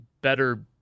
better